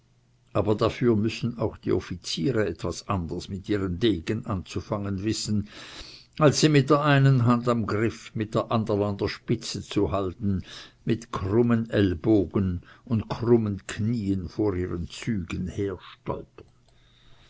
aber dafür müssen auch die offiziere etwas anders mit ihren degen anzufangen wissen als sie mit der einen hand am griff mit der andern an der spitze zu halten mit krummen ellbogen und krummen knien vor ihren zügen